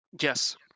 Yes